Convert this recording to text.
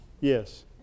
Yes